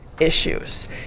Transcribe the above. issues